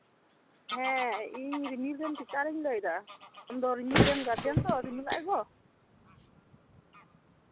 ᱦᱮᱸ ᱤᱧ ᱨᱤᱢᱤᱞ ᱨᱮᱱ ᱴᱤᱪᱟᱨᱤᱧ ᱞᱟᱹᱭᱮᱫᱟ ᱟᱢ ᱫᱚ ᱨᱤᱢᱤᱞ ᱨᱮᱱ ᱜᱟᱨᱡᱮᱱ ᱛᱚ ᱨᱤᱢᱤᱞ ᱟᱡ ᱜᱚᱜᱚ